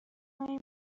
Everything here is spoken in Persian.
های